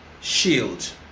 shield